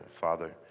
father